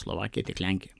slovakija tiek lenkija